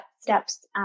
steps